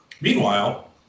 Meanwhile